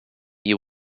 you